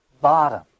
bottom